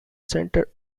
centre